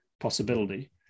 possibility